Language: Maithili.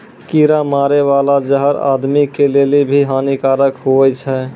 कीड़ा मारै बाला जहर आदमी के लेली भी हानि कारक हुवै छै